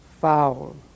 foul